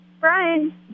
Brian